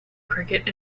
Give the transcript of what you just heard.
cricket